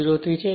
03 છે